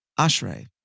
Ashrei